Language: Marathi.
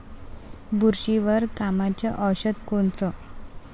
बुरशीवर कामाचं औषध कोनचं?